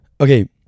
okay